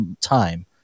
time